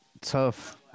tough